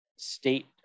state